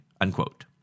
unquote